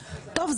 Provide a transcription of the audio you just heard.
טוב,